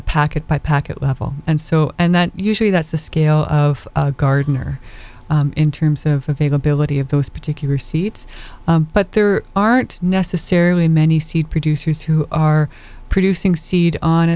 packet by packet level and so and that usually that's the scale of the gardener in terms of a vague ability of those particular seats but there aren't necessarily many seed producers who are producing seed on a